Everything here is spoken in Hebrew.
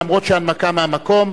למרות שההנמקה מהמקום,